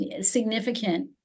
significant